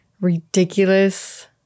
ridiculous